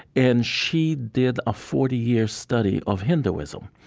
and she did a forty year study of hinduism.